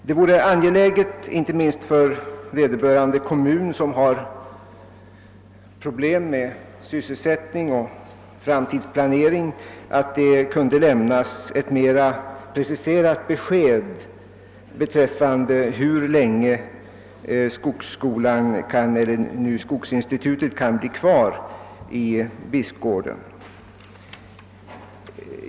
Det vore angeläget inte minst för vederbörande kommun, som har problem med sysselsättning och framtidsplanering, att det kunde lämnas ett mera preciserat besked beträffande huru länge skogsinstitutet kan bli kvar i Bispgården.